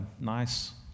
nice